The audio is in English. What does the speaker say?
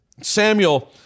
Samuel